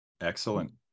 Excellent